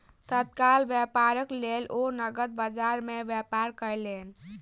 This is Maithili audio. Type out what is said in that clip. तत्काल व्यापारक लेल ओ नकद बजार में व्यापार कयलैन